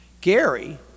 Gary